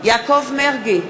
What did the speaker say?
יעקב מרגי,